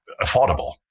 affordable